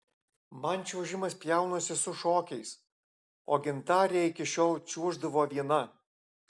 man čiuožimas pjaunasi su šokiais o gintarė iki šiol čiuoždavo viena